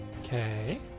Okay